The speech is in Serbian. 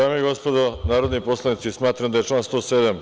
Dame i gospodo narodni poslanici, smatram da je član 107.